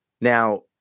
now